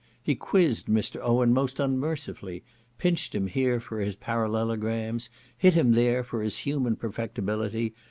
he quizzed mr. owen most unmercifully pinched him here for his parallelograms hit him there for his human perfectibility,